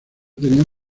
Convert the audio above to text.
tenían